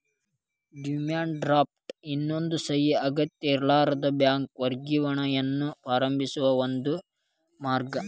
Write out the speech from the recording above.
demand draft ಎನ್ನೋದು ಸಹಿ ಅಗತ್ಯಇರ್ಲಾರದ ಬ್ಯಾಂಕ್ ವರ್ಗಾವಣೆಯನ್ನ ಪ್ರಾರಂಭಿಸೋ ಒಂದ ಮಾರ್ಗ